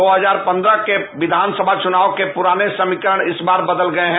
दो हजार पन्द्रह के विधान सभा चुनाव के पुराने समीकरण इस बार बदल गये हैं